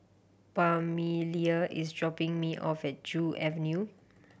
Pamelia is dropping me off at Joo Avenue